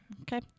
Okay